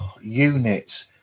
units